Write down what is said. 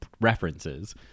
references